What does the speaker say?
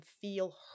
feel